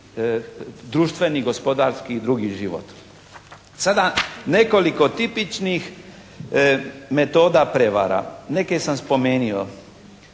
društveni, gospodarski i drugi život. Sada nekoliko tipičnih metoda prevara. Neke sam spomenuo.